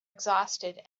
exhausted